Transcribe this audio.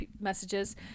messages